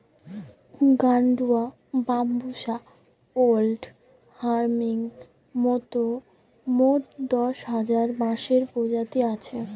গাডুয়া, বাম্বুষা ওল্ড হামির মতন মোট দশ হাজার বাঁশের প্রজাতি হয়